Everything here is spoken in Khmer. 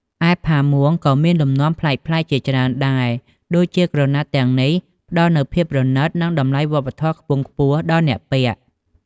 ឯផាមួងក៏មានលំនាំប្លែកៗជាច្រើនដែរ ដូចជាក្រណាត់ទាំងនេះផ្តល់នូវភាពប្រណិត និងតម្លៃវប្បធម៌ខ្ពងខ្ពស់ដល់អ្នកពាក់ ។